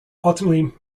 ultimately